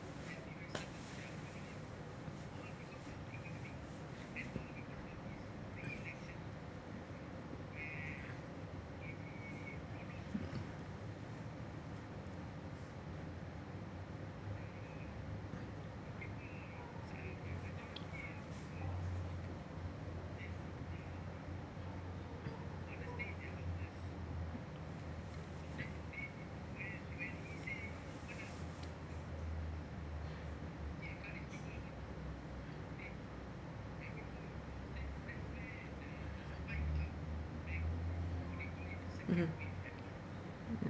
mmhmm